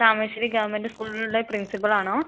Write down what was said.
Thamarassery government സ്കൂളിലെ പ്രിൻസിപ്പാളാണോ